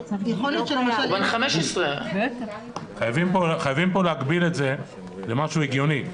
הוא בן 15. חייבים להגביל את זה למשהו הגיוני.